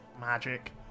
magic